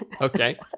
okay